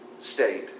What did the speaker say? state